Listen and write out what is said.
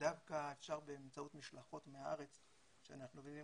ודווקא אפשר באמצעות משלחות מהארץ שאנחנו עובדים,